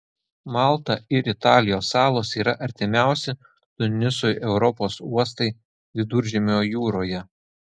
malta ir italijos salos yra artimiausi tunisui europos uostai viduržemio jūroje